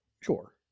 Sure